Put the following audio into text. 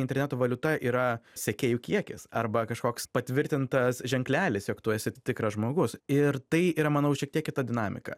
interneto valiuta yra sekėjų kiekis arba kažkoks patvirtintas ženklelis jog tu esi tikras žmogus ir tai yra manau šiek tiek kita dinamika